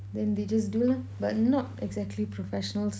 then they just do lah but not exactly professionals